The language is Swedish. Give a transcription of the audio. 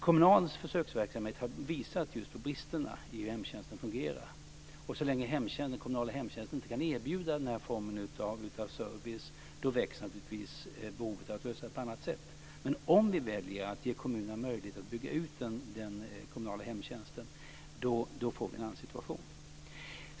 Kommunals försöksverksamhet har visat på bristerna i hemtjänsten, och så länge den kommunala hemtjänsten inte kan erbjuda den här formen av service växer naturligtvis behovet av att lösa problemen på annat sätt. Men om vi ger kommunerna möjlighet att bygga ut den kommunala hemtjänsten, får vi en annan situation.